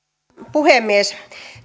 puhemies